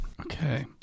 Okay